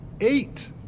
eight